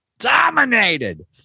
Dominated